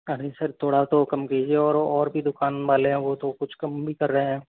अरे सर थोड़ा तो कम कीजिए और वो और भी दुकान वाले हैं वो तो कुछ कम भी कर रहे हैं